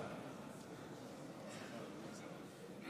אני,